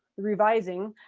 revising.